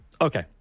Okay